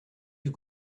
you